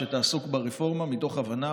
שתעסוק ברפורמה מתוך הבנה,